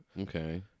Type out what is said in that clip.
okay